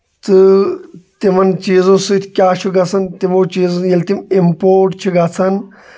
تہٕ تِمن چیٖزو سۭتۍ کیاہ چھُ گژھان تِمو چیٖزن ییٚلہِ تِم اِمپوٹ چھِ گژھان